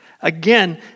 Again